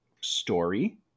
story